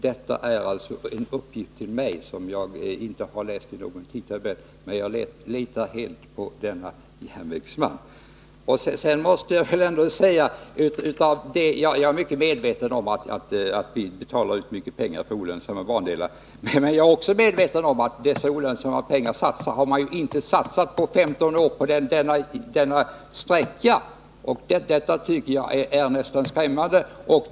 Det är alltså inte fråga om en uppgift som jag har hämtat ur en tidtabell, men jag litar helt på vad järnvägsmannen sade i detta fall. Jag är vidare mycket väl medveten om att det betalas ut mycket pengar till olönsamma bandelar. Men jag är också medveten om att sådana medel inte på femton år har satsats på den sträcka vi nu diskuterar. Jag tycker att det är ett närmast skrämmande förhållande.